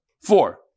four